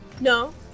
No